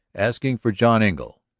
asking for john engle.